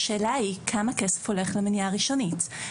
השאלה היא כמה כסף הולך למניעה ראשונית.